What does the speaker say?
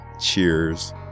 Cheers